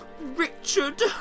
Richard